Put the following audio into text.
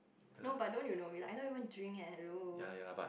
no but don't you know like I don't even drink eh hello